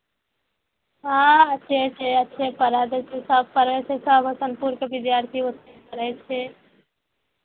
हाँ अच्छे छै अच्छे पढ़ा दै छै सभ पढ़ै छै सभ हसनपुरके विद्यार्थी ओतहि पढ़ै छै